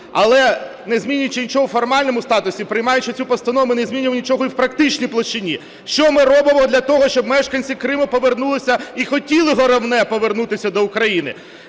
Але, не змінюючи нічого у формальному статусі, приймаючи цю постанову, ми не змінюємо нічого і в практичній площині. Що ми робимо для того, щоб мешканці Криму повернулися, і хотіли, головне, повернутися до України?